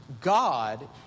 God